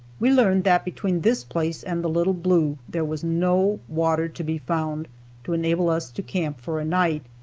we learned that between this place and the little blue, there was no water to be found to enable us to camp for a night,